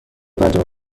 پنجمین